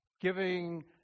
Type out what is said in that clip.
Giving